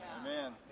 Amen